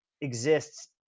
exists